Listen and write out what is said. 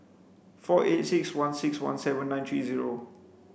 four eight six one six one seven nine three zero